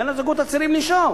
תן לזוגות הצעירים לנשום.